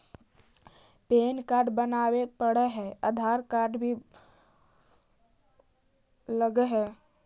Pan card बनावे पडय है आधार कार्ड भी लगहै?